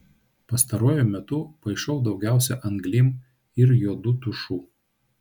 pastaruoju metu paišau daugiausia anglim ir juodu tušu